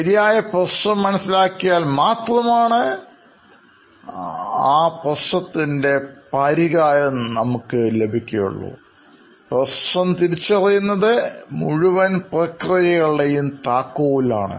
ശരിയായ പ്രശ്നം തിരിച്ചറിയുന്നത് മുഴുവൻ പ്രക്രിയയുടെയും താക്കോൽ ആണ്